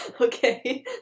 Okay